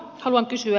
haluan kysyä